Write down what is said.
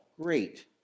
great